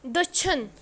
دٔچھُن